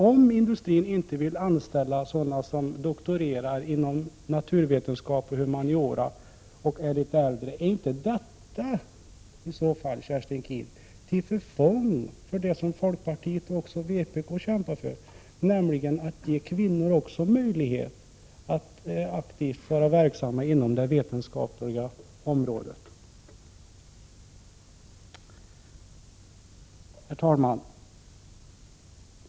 Om industrin inte vill anställa sådana som doktorerar inom naturvetenskap och humaniora och är litet äldre, är inte detta i så fall, Kerstin Keen, till förfång för det som folkpartiet och även vpk kämpar för, nämligen att ge också kvinnor möjlighet att vara verksamma inom det vetenskapliga området? Herr talman!